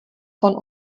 von